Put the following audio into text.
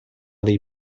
dei